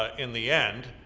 ah in the end,